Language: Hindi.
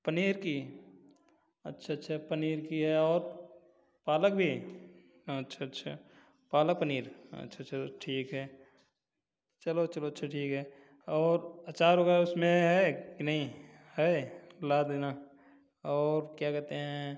पनीर की अच्छा अच्छा पनीर की है और पालक भी अच्छा अच्छा पालक पनीर अच्छा चलो ठीक है चलो चलो अच्छा ठीक है और अचार वगैरा उसमें है कि नहीं है ला देना और क्या कहेते हैं